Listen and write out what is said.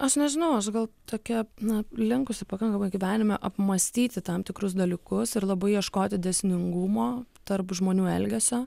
aš nežinau gal tokia na linkusi pakankamai gyvenime apmąstyti tam tikrus dalykus ir labai ieškoti dėsningumo tarp žmonių elgesio